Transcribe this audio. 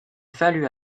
fallut